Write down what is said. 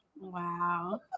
Wow